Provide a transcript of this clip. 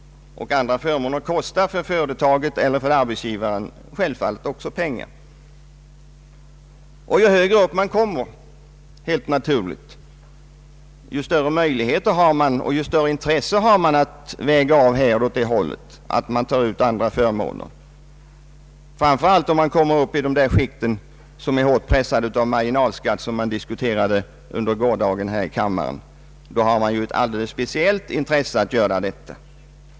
Alla förmåner kostar ju arbetsgivaren pengar, pengar eller sociala förmåner är således likgiltigt från hans sida. Ju högre upp en lönetagare kommer på löneskalan, ju större möjligheter och ju större intresse har han helt naturligt av att ta ut andra förmåner än lön. Speciellt är detta förhållandet om vederbörande kommer upp i det skikt som är är hårt pressat av marginalskatt, vilket vi diskuterade i går här i kammaren.